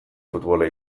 futbola